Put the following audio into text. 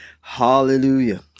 Hallelujah